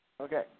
Okay